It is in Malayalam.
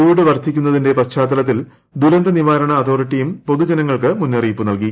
ചൂട് വർധിക്കുന്നതിന്റെ പശ്ചാത്തലത്തിൽ ദുരന്ത നിവാരണ അതോറിറ്റിയും പൊതുജനങ്ങൾക്ക് മുന്നറിയിപ്പ് നൽകി